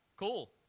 Cool